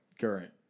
Current